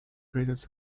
greatest